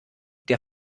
der